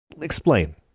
explain